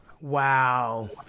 Wow